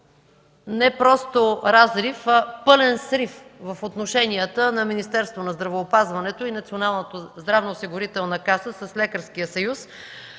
не просто разрив, а пълен срив в отношенията на Министерството на здравеопазването и Националната здравноосигурителна каса с Лекарския съюз,